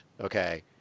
Okay